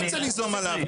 אני גם רוצה ליזום עליו.